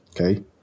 okay